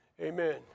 amen